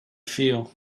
feel